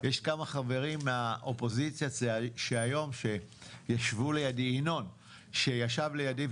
יש כמה חברים מהאופוזיציה שהיום ישבו לידי ינון שישב לידי,